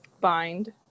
Bind